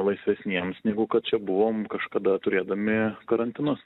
laisvesniems negu kad čia buvom kažkada turėdami karantinus